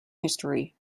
history